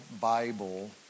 Bible